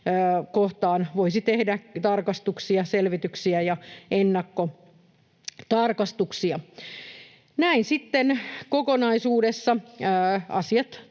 kohtaan voisi tehdä tarkastuksia, selvityksiä ja ennakkotarkastuksia. Näin sitten kokonaisuudessa asiat tämän